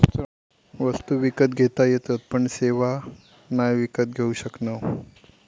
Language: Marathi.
वस्तु विकत घेता येतत पण सेवा नाय विकत घेऊ शकणव